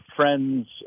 friends